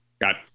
got